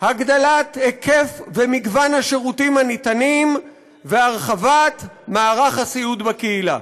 הגדלת היקף ומגוון השירותים הניתנים והרחבת מערך הסיעוד בקהילה.